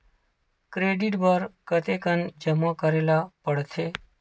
Credit बर कतेकन जमा करे ल पड़थे?